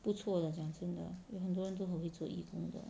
不错的讲真的有很多人都很会做义工的